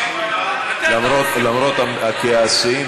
למרות הכעסים,